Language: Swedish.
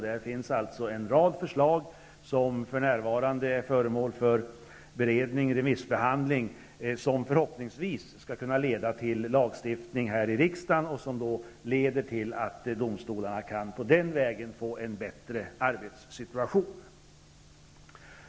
Det finns en rad förslag som för närvarande är föremål för beredning och remissbehandling, och som förhoppningsvis skall kunna leda till lagstiftning här i riksdagen. Då kan domstolarna den vägen få en bättre arbetssituation.